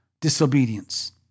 disobedience